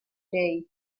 bay